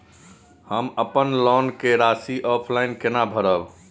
हम अपन लोन के राशि ऑफलाइन केना भरब?